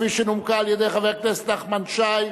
כפי שנומקה על-ידי חבר הכנסת נחמן שי,